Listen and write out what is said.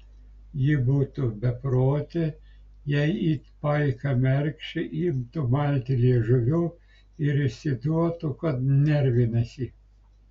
ji būtų beprotė jei it paika mergšė imtų malti liežuviu ir išsiduotų kad nervinasi